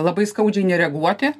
labai skaudžiai nereaguoti